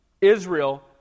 Israel